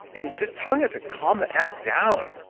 and just telling it to calm the f down.